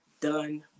done